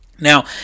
now